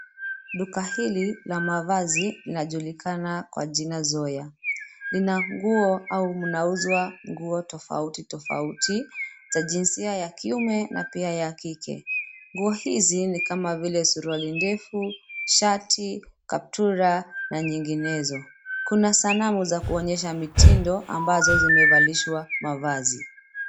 Duka hili la mavazi linajulikana kwa jina Zoya. Lina nguo au mnauzwa nguo tofauti tofauti za jinsia ya kiume na pia ya kike. Nguo hizi ni kama vile suruali ndefu, shati, kaptura, na nyinginezo. Kuna sanamu za kuonyesha mitindo ambazo zimevalishwa mavazi.